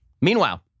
Meanwhile